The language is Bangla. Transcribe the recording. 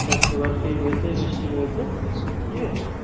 স্যার সুগার ফ্রি রয়েছে মিষ্টি রয়েছে ঠিক আছে